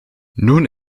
nun